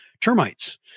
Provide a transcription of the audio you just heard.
termites